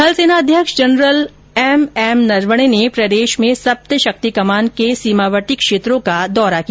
थल सेना अध्यक्ष जनरल एम एम नरवणे ने प्रदेश में सप्तशक्ति कमान के सीमावर्ती क्षेत्रों का दौरा किया